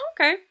Okay